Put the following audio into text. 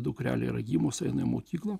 dukrelėyra gimusi eina į mokyklą